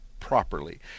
Properly